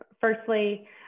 firstly